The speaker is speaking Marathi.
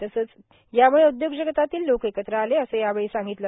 तसंच याम्ळं उद्योगजगतातील लोकं एकत्र आले असं यावेळी सांगितलं